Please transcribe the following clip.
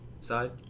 side